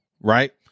right